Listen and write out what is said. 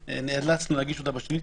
נאלצנו להגיש אותה בשנית.